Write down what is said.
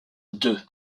deux